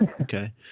Okay